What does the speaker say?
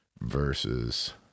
versus